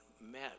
met